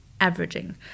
averaging